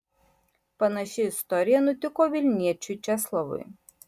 panaši istorija nutiko vilniečiui česlovui